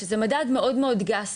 אבל מדובר במדד מאוד מאוד גס,